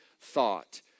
thought